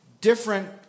different